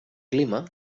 clima